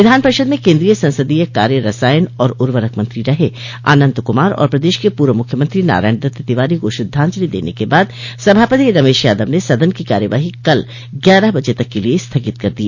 विधान परिषद में केन्द्रीय संसदीय कार्य रसायन और उर्वरक मंत्री रहे अनन्त कुमार और प्रदेश के पूर्व मुख्यमंत्री नारायण दत्त तिवारी को श्रद्धाजंलि देने के बाद सभापति रमेश यादव ने सदन की कार्यवाही कल ग्यारह बजे तक के लिये स्थगित कर दी